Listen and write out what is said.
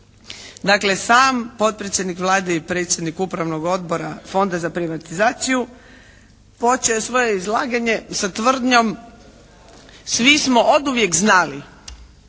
Dakle, sam potpredsjednik Vlade i predsjednik Upravnog odbora Fonda za privatizaciju počeo je svoje izlaganje sa tvrdnjom svi smo oduvijek znali